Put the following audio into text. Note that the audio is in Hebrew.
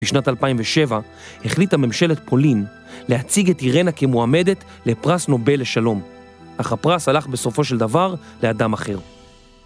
בשנת 2007 החליטה ממשלת פולין להציג את אירנה כמועמדת לפרס נובל לשלום. אך הפרס הלך בסופו של דבר לאדם אחר.